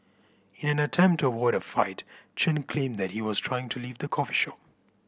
in an attempt to avoid a fight Chen claimed that he was trying to leave the coffee shop